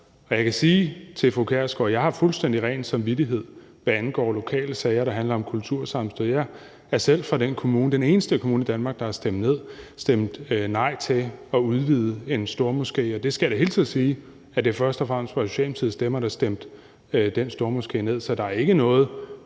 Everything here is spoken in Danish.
Jeg har fuldstændig ren samvittighed, hvad angår lokale sager, der handler om kultursammenstød. Jeg er selv fra den kommune, som er den eneste kommune i Danmark, der har stemt nej til at udvide en stormoské, og der skal jeg da hilse at sige, at det først og fremmest var Socialdemokratiets stemmer, der stemte den stormoské ned.